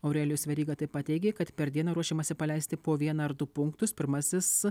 aurelijus veryga taip pat teigė kad per dieną ruošiamasi paleisti po vieną ar du punktus pirmasis